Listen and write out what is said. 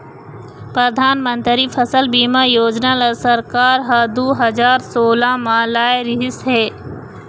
परधानमंतरी फसल बीमा योजना ल सरकार ह दू हजार सोला म लाए रिहिस हे